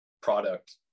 product